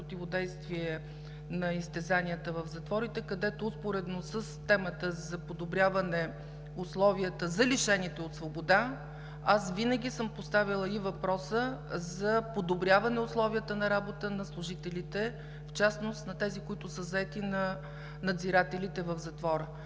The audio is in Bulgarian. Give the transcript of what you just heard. противодействие на изтезанията в затворите, където успоредно с темата за подобряване условията за лишените от свобода, аз винаги съм поставяла и въпроса за подобряване условията на работа на служителите, в частност на тези, които са заети, на надзирателите в затвора.